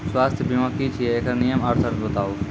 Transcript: स्वास्थ्य बीमा की छियै? एकरऽ नियम आर सर्त बताऊ?